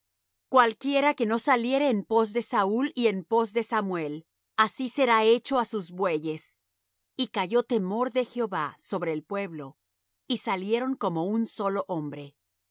cualquiera que no saliere en pos de saúl y en pos de samuel así será hecho á sus bueyes y cayó temor de jehová sobre el pueblo y salieron como un solo hombre